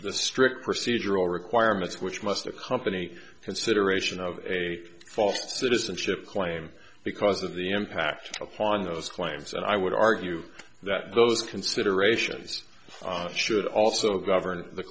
the strict procedural requirements which must accompany consideration of a false citizenship claim because of the impact upon those claims and i would argue that those considerations should also govern the